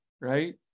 right